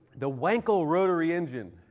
the wankel rotary engine.